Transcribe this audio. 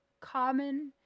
common